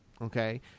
okay